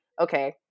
okay